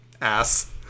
Ass